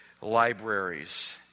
libraries